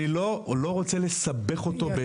אני לא רוצה לסבך אותו בהסברים מיותרים.